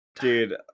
Dude